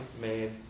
made